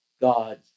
God